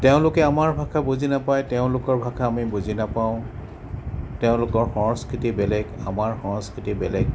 তেওঁলোকে আমাৰ ভাষা বুজি নাপায় তেওঁলোকৰ ভাষা আমি বুজি নাপাওঁ তেওঁলোকৰ সংস্কৃতি বেলেগ আমাৰ সংস্কৃতি বেলেগ